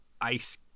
ice